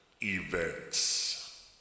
events